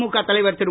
திமுக தலைவர் திரு